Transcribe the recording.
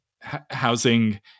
housing